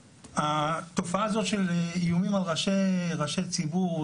התופעה הזאת של איומים על ראשי ציבור,